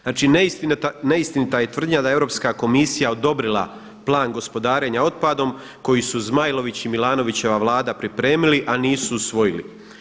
Znači neistinita je tvrdnja da je Europska komisija odobrila Plan gospodarenja otpadom koji su Zmajlović i Milanovićeva Vlada pripremili, a nisu usvojili.